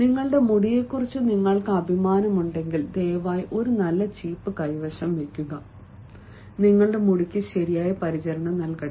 നിങ്ങളുടെ മുടിയെക്കുറിച്ച് നിങ്ങൾക്ക് അഭിമാനമുണ്ടെങ്കിൽ ദയവായി ഒരു നല്ല ചീപ്പും കൈവശം വയ്ക്കുക നിങ്ങളുടെ മുടിക്ക് ശരിയായ പരിചരണം നൽകട്ടെ